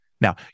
Now